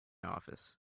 office